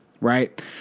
Right